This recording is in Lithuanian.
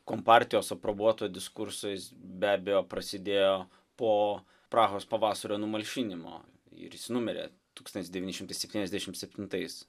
kompartijos aprobuoto diskurso jis be abejo prasidėjo po prahos pavasario numalšinimo ir jis numirė tūkstantis devyni šimtai septyniasdešimt septintais